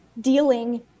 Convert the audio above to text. dealing